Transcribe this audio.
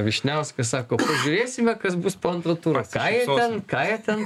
vyšniauskas sako žiūrėsime kas bus po antro turo ką jie ten ką jie ten